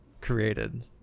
created